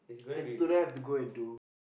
and today I have to go and do